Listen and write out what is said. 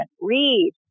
read